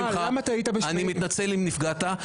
אני מנצל אם נפגעת.